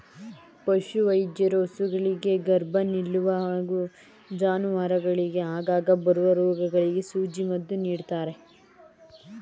ಪಶುವೈದ್ಯರು ಹಸುಗಳಿಗೆ ಗರ್ಭ ನಿಲ್ಲುವ ಹಾಗೂ ಜಾನುವಾರುಗಳಿಗೆ ಆಗಾಗ ಬರುವ ರೋಗಗಳಿಗೆ ಸೂಜಿ ಮದ್ದು ನೀಡ್ತಾರೆ